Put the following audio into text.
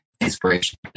inspiration